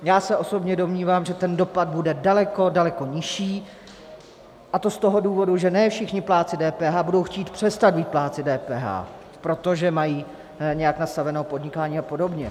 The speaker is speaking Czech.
Já se osobně domnívám, že ten dopad bude daleko, daleko nižší, a to z toho důvodu, že ne všichni plátci DPH budou chtít přestat být plátci DPH, protože mají nějak nastaveno podnikání a podobně.